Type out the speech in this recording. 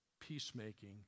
peacemaking